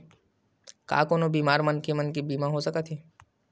का कोनो बीमार मनखे के बीमा हो सकत हे?